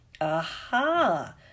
Aha